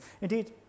Indeed